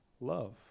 love